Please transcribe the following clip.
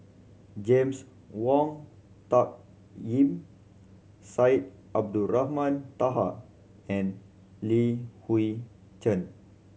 James Wong Tuck Yim Syed Abdulrahman Taha and Li Hui Cheng